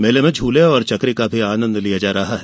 मेले में झूले और चकरी का भी आनंद लिया जा रहा है